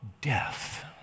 death